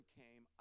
came